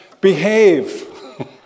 Behave